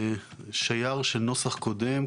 זה שיאר של נוסח קודם.